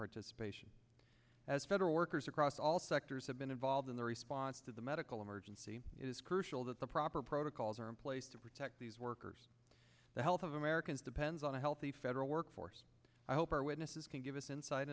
participation as federal workers across all sectors have been involved in the response to the medical emergency is crucial that the proper protocols are in place to protect these workers the health of americans depends on a healthy federal workforce i hope our witnesses can give us insight